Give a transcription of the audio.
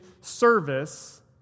service